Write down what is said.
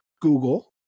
Google